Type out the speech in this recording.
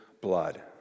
blood